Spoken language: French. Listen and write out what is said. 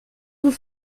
vous